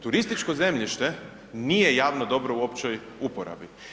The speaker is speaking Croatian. Turističko zemljište nije javno dobro u općoj uporabi.